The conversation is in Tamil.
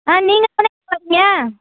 ஆ நீங்கே தானேம்மா வருவீங்க